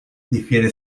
difiere